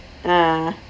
ah